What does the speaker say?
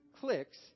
clicks